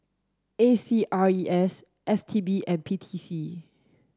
A C R E S S T B and P T C